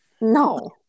No